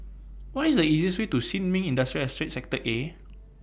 What IS The easiest Way to Sin Ming Industrial Estate Sector A